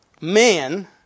men